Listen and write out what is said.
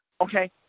okay